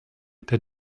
der